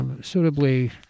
suitably